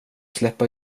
släppa